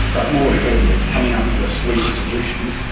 but more importantly coming up with a suite of solutions,